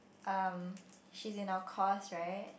um she's in our course right